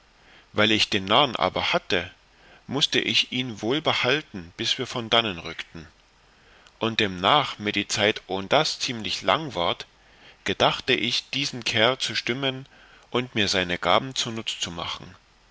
weil ich den narrn aber hatte mußte ich ihn wohl behalten bis wir von dannen rückten und demnach mir die zeit ohndas ziemlich lang ward gedachte ich diesen kerl zu stimmen und mir seine gaben zunutz zu machen